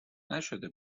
نشده